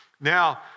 Now